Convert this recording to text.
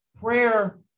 prayer